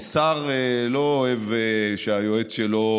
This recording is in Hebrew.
כי שר לא אוהב שהיועץ שלו,